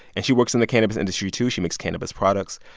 and she works in the cannabis industry, too. she makes cannabis products.